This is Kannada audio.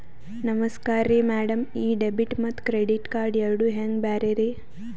ನಮಸ್ಕಾರ್ರಿ ಮ್ಯಾಡಂ ಈ ಡೆಬಿಟ ಮತ್ತ ಕ್ರೆಡಿಟ್ ಕಾರ್ಡ್ ಎರಡೂ ಹೆಂಗ ಬ್ಯಾರೆ ರಿ?